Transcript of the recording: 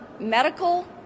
medical